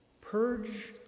Purge